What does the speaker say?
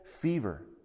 fever